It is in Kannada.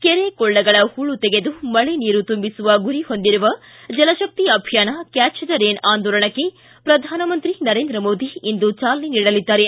ಕೆರೆ ಕೊಳ್ಳಗಳ ಹೂಳು ತೆಗೆದು ಮಳೆ ನೀರು ತುಂಬಿಸುವ ಗುರಿ ಹೊಂದಿರುವ ಜಲತಕ್ತಿ ಅಭಿಯಾನ ಕ್ಯಾಚ್ ದ ರೇನ್ ಆಂದೋಲನಕ್ಕೆ ಪ್ರಧಾನಮಂತ್ರಿ ನರೇಂದ್ರ ಮೋದಿ ಇಂದು ಚಾಲನೆ ನೀಡಲಿದ್ದಾರೆ